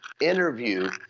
interview